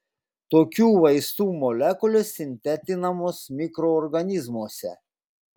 tokių vaistų molekulės sintetinamos mikroorganizmuose